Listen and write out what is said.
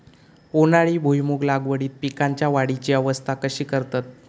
उन्हाळी भुईमूग लागवडीत पीकांच्या वाढीची अवस्था कशी करतत?